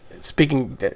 speaking